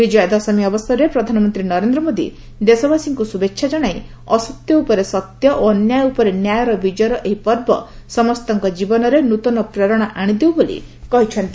ବିଜୟା ଦଶମୀ ଅବସରରେ ପ୍ରଧାନମନ୍ତ୍ରୀ ନରେନ୍ଦ୍ର ମୋଦୀ ଦେଶବାସୀଙ୍କୁ ଶୁଭେଚ୍ଛା ଜଣାଇ ଅସତ୍ୟ ଉପରେ ସତ୍ୟ ଓ ଅନ୍ୟାୟ ଉପରେ ନ୍ୟାୟର ବିଜୟର ଏହି ପର୍ବ ସମସ୍ତଙ୍କ ଜୀବନରେ ନୂତନ ପ୍ରେରଣା ଆଣିଦେଉ ବୋଲି ପ୍ରଧାନମନ୍ତ୍ରୀ କହିଛନ୍ତି